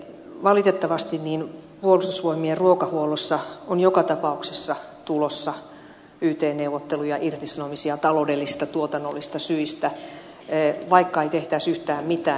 valitettavasti puolustusvoimien ruokahuollossa on joka tapauksessa tulossa yt neuvotteluja ja irtisanomisia taloudellisista ja tuotannollisista syistä vaikka ei tehtäisi yhtään mitään